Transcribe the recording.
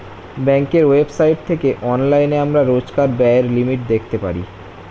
ব্যাঙ্কের ওয়েবসাইট থেকে অনলাইনে আমরা রোজকার ব্যায়ের লিমিট দেখতে পারি